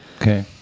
Okay